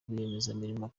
rwiyemezamirimo